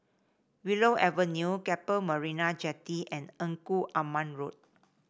Willow Avenue Keppel Marina Jetty and Engku Aman Road